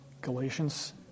Galatians